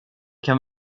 kan